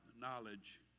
knowledge